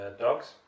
dogs